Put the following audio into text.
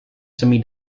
semi